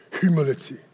humility